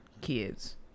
kids